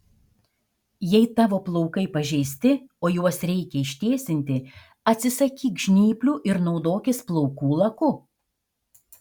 jei tavo plaukai pažeisti o juos reikia ištiesinti atsisakyk žnyplių ir naudokis plaukų laku